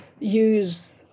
use